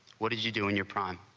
what do do you do in your prime